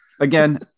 again